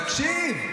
תקשיב.